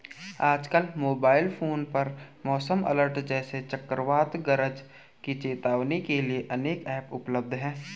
आजकल mobile phone पर मौसम अलर्ट जैसे चक्रवात गरज की चेतावनी के लिए अनेक ऐप उपलब्ध है